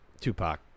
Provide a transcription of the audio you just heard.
Tupac